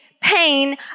Pain